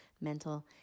mental